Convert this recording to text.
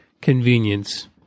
convenience